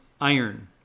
iron